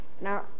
Now